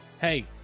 hey